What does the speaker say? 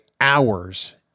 hours